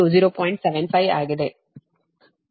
75 ಆಗಿದೆ